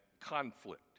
conflict